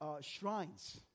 Shrines